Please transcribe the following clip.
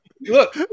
look